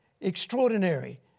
extraordinary